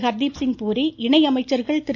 ஹர்தீப்சிங்பூரி இணை அமைச்சர்கள் திரு